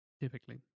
Typically